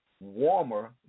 warmer